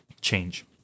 Change